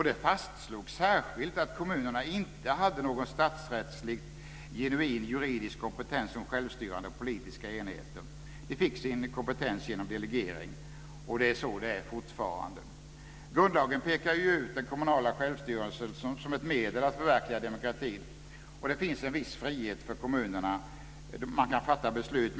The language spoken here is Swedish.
Det fastslogs särskilt att kommunerna inte hade någon statsrättslig genuin juridisk kompetens som självstyrande politiska enheter. De fick sin kompetens genom delegering. Och så är det fortfarande. Grundlagen pekar ju ut den kommunala självstyrelsen som ett medel att förverkliga demokratin. Och det finns en viss frihet för kommunerna. Kommunerna kan fatta beslut.